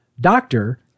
Doctor